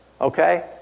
okay